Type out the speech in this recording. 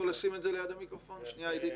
קשר והוקרה,